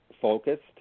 Focused